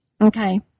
Okay